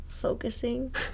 Focusing